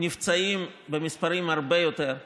ונפצעים במספרים הרבה יותר גדולים,